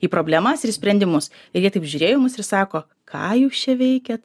į problemas ir sprendimus ir jie taip žiūrėjo į mus ir sako ką jūs čia veikiat